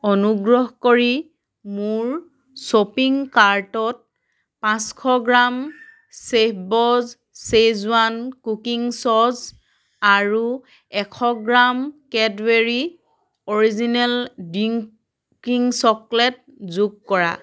অনুগ্ৰহ কৰি মোৰ শ্বপিং কাৰ্টত পাঁচশ গ্ৰাম চেফবছ শ্বেজৱান কুকিং ছচ আৰু এশ gram Cadbury original drinking chocolate যোগ কৰা